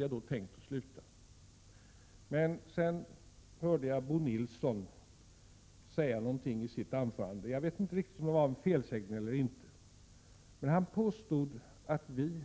Jag hade tänkt sluta mitt anförande här. Men jag måste bemöta något som jag hörde Bo Nilsson säga i sitt anförande. Jag vet inte riktigt om det var en felsägning eller inte, men han påstod att vi